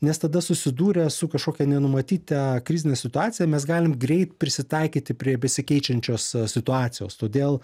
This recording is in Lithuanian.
nes tada susidūrę su kažkokia nenumatyta krizine situacija mes galim greit prisitaikyti prie besikeičiančios situacijos todėl